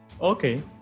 Okay